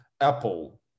apple